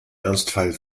ernstfall